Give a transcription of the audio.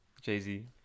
Jay-Z